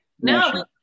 No